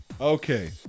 Okay